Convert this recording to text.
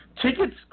Tickets